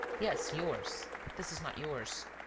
yes, yours this is not yours.